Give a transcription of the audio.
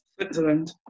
Switzerland